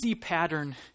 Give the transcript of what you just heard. pattern